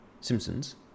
Simpsons